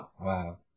Wow